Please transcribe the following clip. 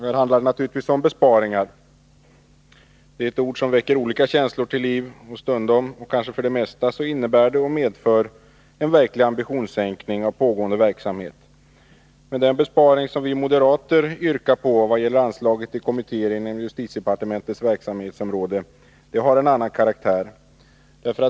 Här handlar det naturligtvis om besparingar. Besparingar är ett ord som väcker olika känslor till liv. Stundom — och kanske för det mesta — medför och innebär besparingar en verklig ambitionssänkning av pågående verksamhet. Den besparing som vi moderater yrkar på i vad gäller anslaget till kommittéer inom justitidepartementets verksamhetsområde har emellertid en annan karaktär.